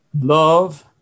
love